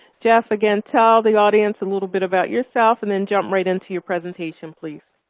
jeff, again, tell the audience a little bit about yourself and then jump right into your presentation, please.